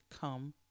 come